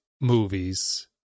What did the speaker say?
movies